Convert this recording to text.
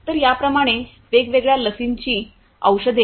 तर याप्रमाणे वेगवेगळ्या लसींची औषधे इ